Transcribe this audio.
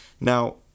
Now